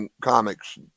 comics